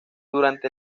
durante